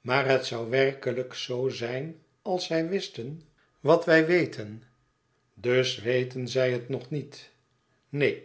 maar het zou werkelijk zoo zijn als zij wisten wat wij weten dus weten zij het nog niet neen